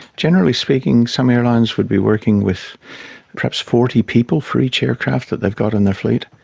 generally speaking, some airlines would be working with perhaps forty people for each aircraft that they've got in their fleet,